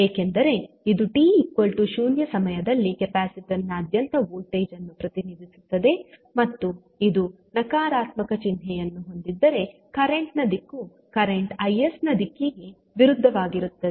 ಏಕೆಂದರೆ ಇದು t 0 ಸಮಯದಲ್ಲಿ ಕೆಪಾಸಿಟರ್ನಾದ್ಯಂತ ವೋಲ್ಟೇಜ್ ಅನ್ನು ಪ್ರತಿನಿಧಿಸುತ್ತದೆ ಮತ್ತು ಇದು ನಕಾರಾತ್ಮಕ ಚಿಹ್ನೆಯನ್ನು ಹೊಂದಿದ್ದರೆ ಕರೆಂಟ್ ನ ದಿಕ್ಕು ಕರೆಂಟ್ 𝐼𝑠ನ ದಿಕ್ಕಿಗೆ ವಿರುದ್ಧವಾಗಿರುತ್ತದೆ